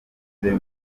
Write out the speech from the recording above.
ageze